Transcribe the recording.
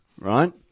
right